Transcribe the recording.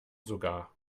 sogar